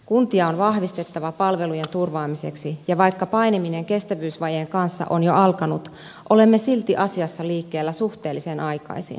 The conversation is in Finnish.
kuntia on vahvistettava palvelujen turvaamiseksi ja vaikka painiminen kestävyysvajeen kanssa on jo alkanut olemme silti asiassa liikkeellä suhteellisen aikaisin